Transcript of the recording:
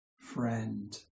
friend